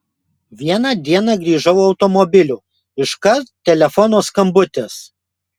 vieną dieną grįžau automobiliu iškart telefono skambutis